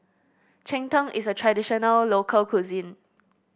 Cheng Tng is a traditional local cuisine